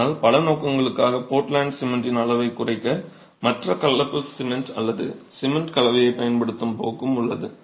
ஆனால் பல நோக்கங்களுக்காக போர்ட்லேண்ட் சிமெண்டின் அளவைக் குறைக்க மற்ற கலப்பு சிமெண்ட் அல்லது சிமெண்ட் கலவையைப் பயன்படுத்தும் போக்கும் உள்ளது